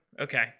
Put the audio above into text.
okay